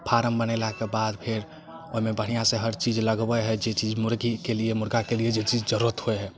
form बनेलाके बाद फेर ओहिमे बढ़िऑं से हर चीज लगबै हइ जे चीज मुर्गीके लिए मुर्गाके लिए जे चीज जरुरत होइ हइ